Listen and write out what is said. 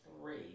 three